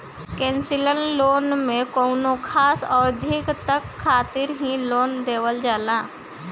concessional loan में कौनो खास अवधि तक खातिर ही लोन देवल जाला